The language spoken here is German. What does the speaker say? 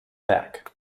berg